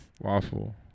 waffle